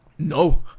No